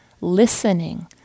Listening